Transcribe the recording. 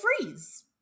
freeze